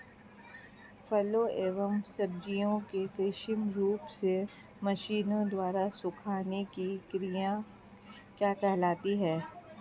फलों एवं सब्जियों के कृत्रिम रूप से मशीनों द्वारा सुखाने की क्रिया क्या कहलाती है?